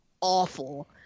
awful